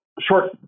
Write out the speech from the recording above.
short